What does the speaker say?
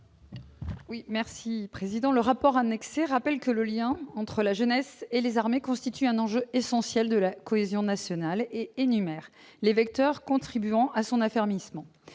Delattre. Le rapport annexé rappelle que le lien entre la jeunesse et les armées constitue un enjeu essentiel de la cohésion nationale et énumère les vecteurs contribuant à son affermissement.